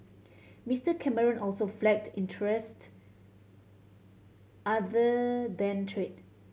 Mister Cameron also flagged interest other than trade